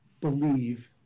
believe